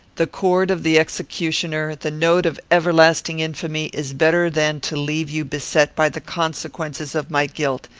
the cord of the executioner, the note of everlasting infamy, is better than to leave you beset by the consequences of my guilt.